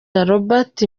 robert